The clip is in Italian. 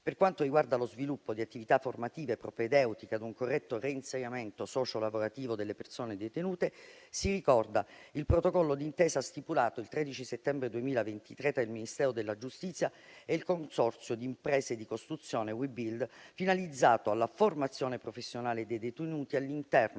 Per quanto riguarda lo sviluppo di attività formative propedeutiche ad un corretto reinserimento socio-lavorativo delle persone detenute, si ricorda il protocollo d'intesa stipulato il 13 settembre 2023 tra il Ministero della giustizia e il consorzio di imprese di costruzione "Webuild", finalizzato alla formazione professionale dei detenuti all'interno